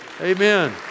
Amen